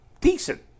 decent